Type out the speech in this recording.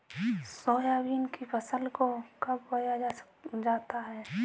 Soybean की फसल को कब बोया जाता है?